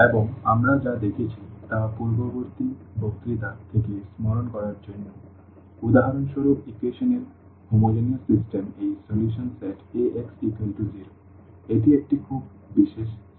এবং আমরা যা দেখেছি তা পূর্ববর্তী বক্তৃতা থেকে স্মরণ করার জন্য উদাহরণস্বরূপ ইকুয়েশন এর হোমোজেনিয়াস সিস্টেমের এই সমাধান সেট Ax 0 এটি একটি খুব বিশেষ সেট